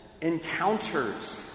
encounters